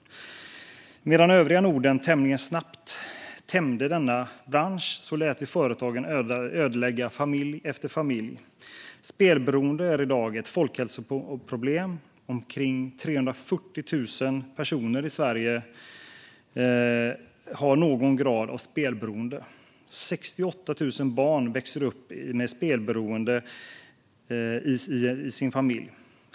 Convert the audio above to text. Medan övriga Norden tämligen snabbt tämjde denna bransch lät vi dessa företag ödelägga familj efter familj. Spelberoende är i dag ett folkhälsoproblem. Omkring 340 000 personer i Sverige har någon grad av spelberoende. 68 000 barn växer upp med spelberoende i sin familj.